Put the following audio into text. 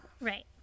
Right